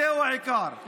זה העיקר.